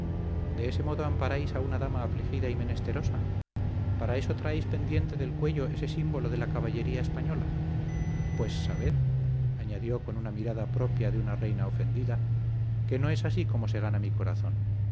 de ese modo amparáis a una dama afligida y menesterosa para eso traéis pendiente del cuello ese símbolo de la caballería española pues sabed añadió con una mirada propia de una reina ofendida que no es así como se gana mi corazón